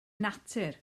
natur